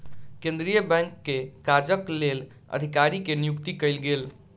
केंद्रीय बैंक के काजक लेल अधिकारी के नियुक्ति कयल गेल